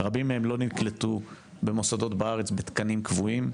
רבים מהם לא נקלטו במוסדות בארץ בתקנים קבועים.